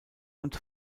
und